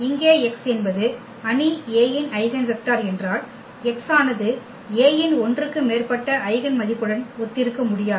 இங்கே x என்பது அணி A இன் ஐகென் வெக்டர் என்றால் x ஆனது A இன் ஒன்றுக்கு மேற்பட்ட ஐகென் மதிப்புடன் ஒத்திருக்க முடியாது